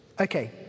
Okay